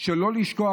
לא לשכוח.